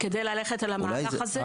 כדי ללכת אל המהלך הזה?